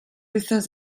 wythnos